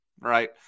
right